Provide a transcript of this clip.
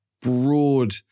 broad